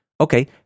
Okay